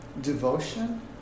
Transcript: Devotion